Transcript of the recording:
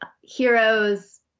heroes